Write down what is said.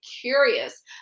curious